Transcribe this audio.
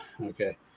okay